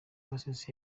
pacis